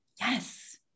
yes